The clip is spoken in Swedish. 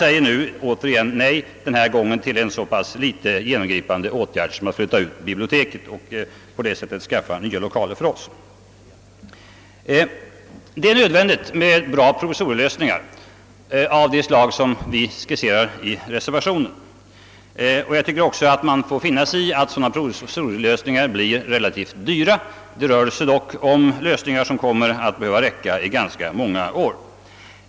Denna gång gäller det en så föga genomgripande åtgärd som att flytta ut biblioteket och på det sättet skaffa nya lokaler åt oss. Det är nödvändigt med goda provisoriska lösningar av det slag som vi har skisserat i reservationen. Man får finna sig i att sådana provisoriska lösningar blir relativt dyra — det rör sig dock om lösningar som kommer att räcka ganska många år.